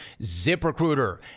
ZipRecruiter